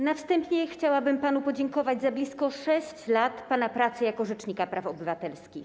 Na wstępie chciałabym panu podziękować za blisko 6 lat pana pracy jako rzecznika praw obywatelskich.